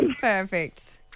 Perfect